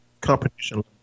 competition